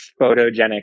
photogenic